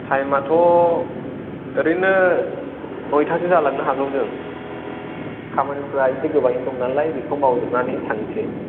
टाइमाथ' ओरैनो नयथासो जालांनो हागौ जों खामानिफोरा एसे गोबाङैनो दं नालाय बेखौ मावजोबनानै थांनोसै